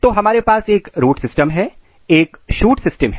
तो हमारे पास एक रूट सिस्टम है और एक शूट सिस्टम है